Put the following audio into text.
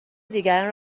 دیگران